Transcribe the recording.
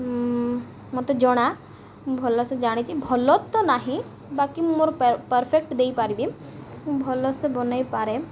ମୋତେ ଜଣା ଭଲସେ ଜାଣିଛି ଭଲ ତ ନାହିଁ ବାକି ମୁଁ ମୋର ପରଫେକ୍ଟ ଦେଇପାରିବି ମୁଁ ଭଲସେ ବନେଇପାରେ